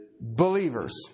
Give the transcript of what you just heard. believers